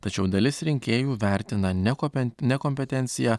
tačiau dalis rinkėjų vertina nekopen nekompetenciją